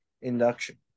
induction